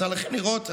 אם יצא לכם לראות,